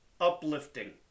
uplifting